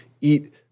eat